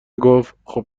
گفتخوب